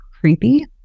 creepy